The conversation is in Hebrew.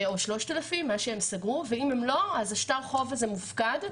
3,000 לפי מה שהם סגרו שטר החוב הזה מופקד,